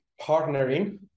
Partnering